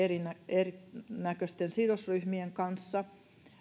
erinäköisten sidosryhmien kanssa